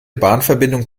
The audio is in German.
bahnverbindung